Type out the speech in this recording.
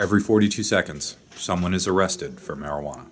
every forty two seconds someone is arrested for marijuana